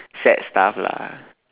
sad stuff lah